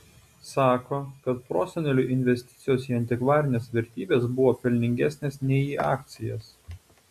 sako kad proseneliui investicijos į antikvarines vertybes buvo pelningesnės nei į akcijas